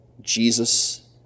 Jesus